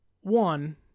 one